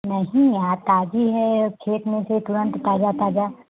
नहीं यहाँ ताज़ी है और खेत में से तुरंत ताजा ताजा